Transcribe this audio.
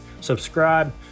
Subscribe